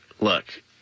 look